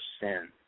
sin